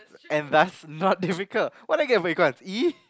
and thus not difficult what did I get for econs E